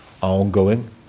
ongoing